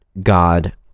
God